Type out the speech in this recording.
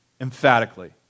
emphatically